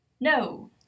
no